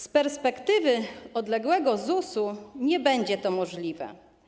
Z perspektywy odległego ZUS-u nie będzie to możliwe.